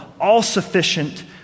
all-sufficient